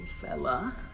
fella